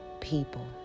people